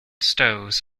stoves